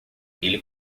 ele